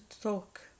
talk